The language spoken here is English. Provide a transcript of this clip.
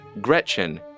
Gretchen